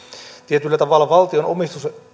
tietyllä tavalla valtion omistus